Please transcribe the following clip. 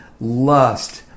lust